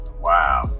Wow